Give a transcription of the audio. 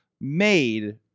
made